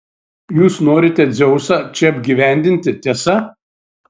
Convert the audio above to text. jūs norite dzeusą čia apgyvendinti tiesa